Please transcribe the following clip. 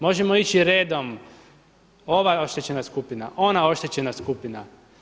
Možemo ići redom, ova oštećena skupina, ona oštećena skupina.